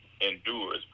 endures